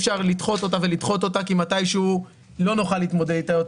אפשר לדחות אותה שוב ושוב כי בשלב כלשהו לא נוכל יותר להתמודד אתה.